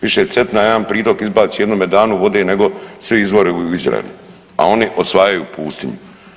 Više Cetina jedan pritok izbaci u jednome danu vode nego svi izvori u Izraelu, a oni osvajaju pustinju.